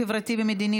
הצבעת.